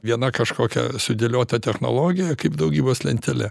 viena kažkokia sudėliota technologija kaip daugybos lentele